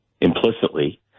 implicitly